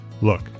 Look